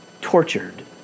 tortured